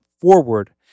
forward